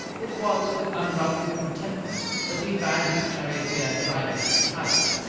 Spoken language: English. it was with unruffled contentment that he bade his charioteer drive him to the palace.